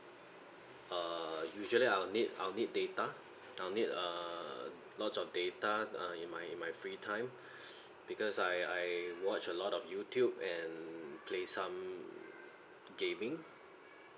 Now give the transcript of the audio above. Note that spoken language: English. err usually I'll need I'll need data I'll need err lots of data uh in my in my free time because I I watch a lot of youtube and play some gaming